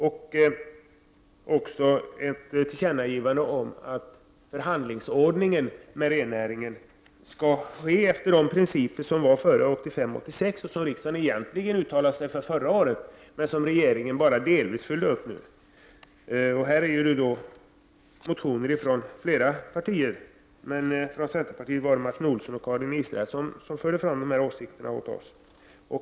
Det har också gjorts ett tillkännagivande om att förhandlingsordningen beträffande rennäringen skall ske efter de principer som gällde före 1985/86, vilket riksdagen egentligen uttalade sig för förra året men som regeringen bara delvis följt upp. Här har väckts motioner från flera partier. Martin Olsson och Karin Israelsson har framfört dessa åsikter för centerpartiet.